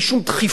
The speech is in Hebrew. בלי שום דחיפות,